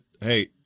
Hey